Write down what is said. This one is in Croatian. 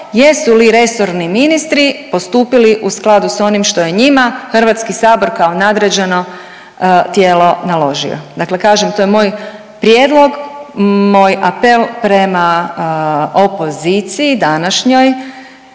jesu li resorni ministri postupili u skladu s onim što je njima HS kao nadređeno tijelo naložilo. Dakle, kažem to je moj prijedlog, moj apel prema opoziciji današnjoj